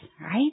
right